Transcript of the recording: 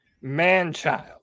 man-child